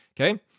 okay